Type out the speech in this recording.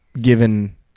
given